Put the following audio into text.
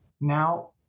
Now